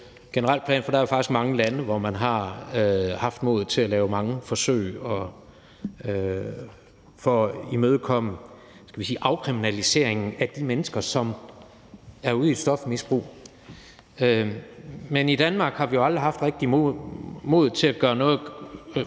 faktisk mange lande, hvor man har haft modet til at lave mange forsøg for at imødekomme, skal vi sige, afkriminaliseringen af de mennesker, som er ude i et stofmisbrug – har vi aldrig rigtig har haft modet til at gøre noget